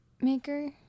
maker